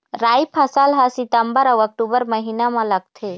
राई फसल हा सितंबर अऊ अक्टूबर महीना मा लगथे